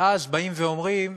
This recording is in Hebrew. ואז באים ואומרים: